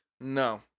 No